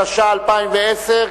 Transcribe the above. התש"ע 2010,